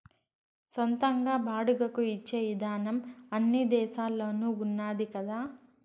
సొంతంగా బాడుగకు ఇచ్చే ఇదానం అన్ని దేశాల్లోనూ ఉన్నాది కదా